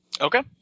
Okay